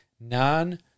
non